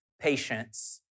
patience